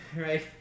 Right